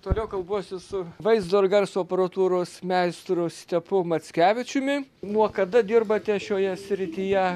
toliau kalbuosi su vaizdo ir garso aparatūros meistru stepu mackevičiumi nuo kada dirbate šioje srityje